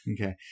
Okay